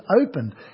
opened